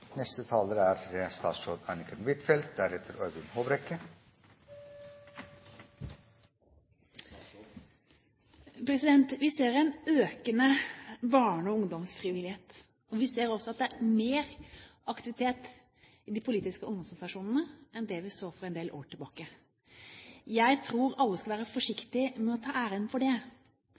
Vi ser en økende barne- og ungdomsfrivillighet, og vi ser også at det er mer aktivitet i de politiske ungdomsorganisasjonene enn det vi så for en del år tilbake. Jeg tror alle skal være forsiktige med å ta æren for det,